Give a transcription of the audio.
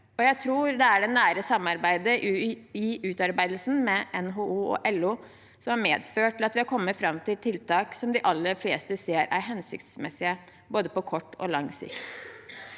Jeg tror det er det nære samarbeidet med NHO og LO i utarbeidelsen som har medført at vi har kommet fram til tiltak som de aller fleste ser er hensiktsmessige, på både kort og lang sikt.